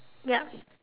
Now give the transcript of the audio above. yup